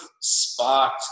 sparked